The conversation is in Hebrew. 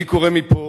אני קורא מפה